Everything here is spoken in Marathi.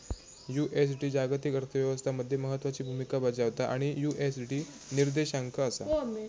यु.एस.डी जागतिक अर्थ व्यवस्था मध्ये महत्त्वाची भूमिका बजावता आणि यु.एस.डी निर्देशांक असा